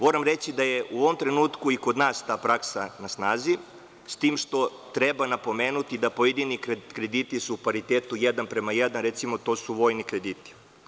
Moram reći da je u ovom trenutku i kod nas ta praksa na snazi, s tim što treba napomenuti da pojedini krediti su u paritetu 1:1, recimo, to su vojni krediti.